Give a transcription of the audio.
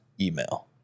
email